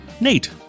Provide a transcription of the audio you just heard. Nate